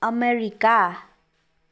America